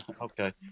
Okay